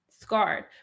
scarred